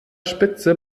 spitze